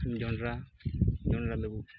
ᱡᱚᱱᱰᱨᱟ ᱡᱚᱱᱰᱨᱟ ᱞᱩᱵᱩᱜ